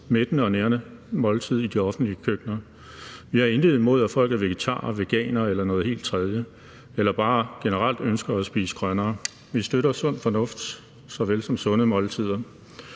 mættende og nærende måltid i de offentlige køkkener. Vi har intet imod, at folk er vegetarer, veganere eller noget helt tredje eller bare generelt ønsker at spise grønnere. Vi støtter såvel sund fornuft som sunde måltider,